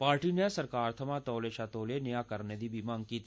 party नै सरकार थमां तौले शा तौले नेहा करने दी बी मंग कीती